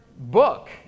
book